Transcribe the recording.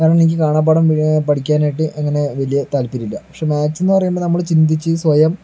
കാരണം കാണാപാഠം പഠിക്കാനായിട്ട് അങ്ങനെ വലിയ താല്പര്യമില്ല പക്ഷെ മാക്സ് എന്ന് പറയുമ്പോൾ നമ്മൾ ചിന്തിച്ച് സ്വയം